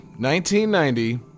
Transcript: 1990